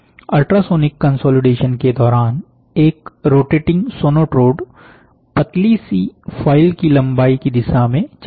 ultrasonic consolidation के दौरान एक रोटेटिंग सोनोट्रोड पतली सी फॉयल की लंबाई की दिशा में चलता है